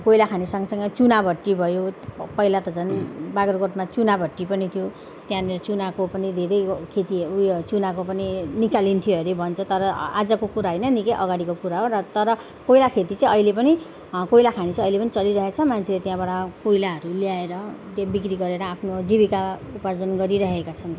त्यो कोइलाखानी सँगसँगै चुनाभट्टी भयो पहिला त झन् बाग्राकोटमा चुनाभट्टी पनि थियो त्यहाँनिर चुनाको पनि धेरै खेती उयो चुनाको पनि निकालिन्थ्यो अरे भन्छ तर आजको कुरो होइन निकै अगाडिको कुरा हो र तर कोइलाखेती चाहिँ अहिले पनि कोइलाखानी चाहिँ अहिले पनि चलिरहेको छ मान्छे त्यहाँबाट कोइलाहरू ल्याएर त्यही बिक्री गरेर आफ्नो जीविका उपार्जन गरिरहेका छन्